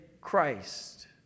Christ